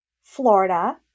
Florida